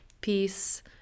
peace